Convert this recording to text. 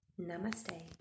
namaste